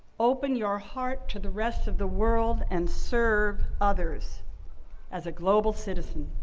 open your heart to the rest of the world and serve others as a global citizen.